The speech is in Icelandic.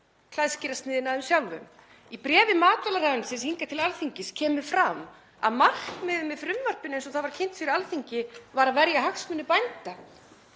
Í bréfi matvælaráðuneytisins hingað til Alþingis kemur fram að markmiðið með frumvarpinu eins og það var kynnt fyrir Alþingi var að verja hagsmuni bænda